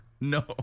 No